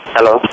Hello